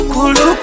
Kulu